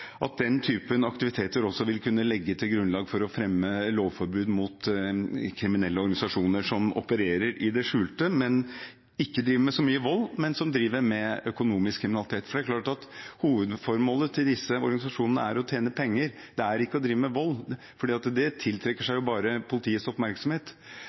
at den typen aktiviteter også vil kunne legge grunnlag for lovforbud mot kriminelle organisasjoner som opererer i det skjulte, og som ikke driver med så mye vold, men med økonomisk kriminalitet. Hovedformålet til disse organisasjonene er å tjene penger, det er ikke å drive med vold, for det tiltrekker seg politiets oppmerksomhet.